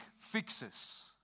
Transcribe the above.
fixes